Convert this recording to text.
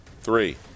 three